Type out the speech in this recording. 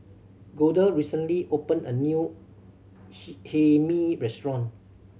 Golda recently opened a new Hae Mee restaurant